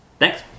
Thanks